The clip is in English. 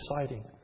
exciting